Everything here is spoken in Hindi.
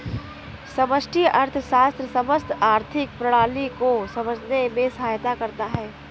समष्टि अर्थशास्त्र समस्त आर्थिक प्रणाली को समझने में सहायता करता है